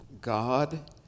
God